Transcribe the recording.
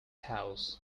house